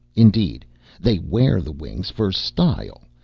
indeed they wear the wings for style,